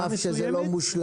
על אף שזה לא מושלם.